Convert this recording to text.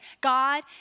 God